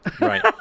Right